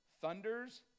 thunders